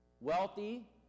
wealthy